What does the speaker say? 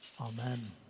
Amen